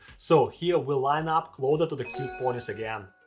so, here we line up closer to the cute ponies again.